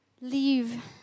leave